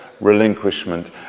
relinquishment